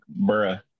bruh